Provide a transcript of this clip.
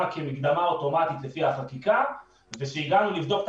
כמקדמה אוטומטית לפי החקיקה וכשהגענו לבדוק את